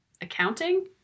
Accounting